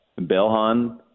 Belhan